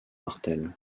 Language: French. martel